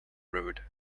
rude